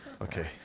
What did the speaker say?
Okay